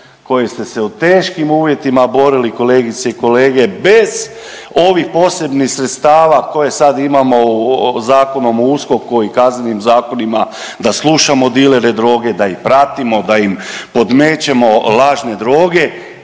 koji ste se u teškim uvjetima borili, kolegice i kolege, bez ovih posebnih sredstava koje sad imamo u Zakonom o USKOK-u i kaznenim zakonima, da slušamo dilere droge, da ih pratimo, da im podmećemo lažne droge